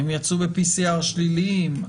הם יצאו ב-PCR שליליים.